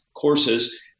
courses